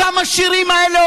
הכמה שירים האלה,